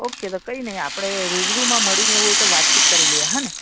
okay તો કંઈ નહીં આપણે રૂબરૂમાં મળી ને એવું હોય તો વાતચીત કરી લઈએ હં ને